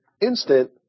instant